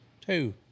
Two